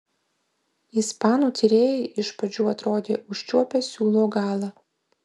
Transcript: ispanų tyrėjai iš pradžių atrodė užčiuopę siūlo galą